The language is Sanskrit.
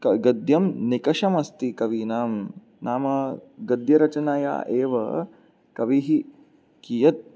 गद्यं निकषमस्ति कविनां नाम गद्यरचनया एव कविः कियत्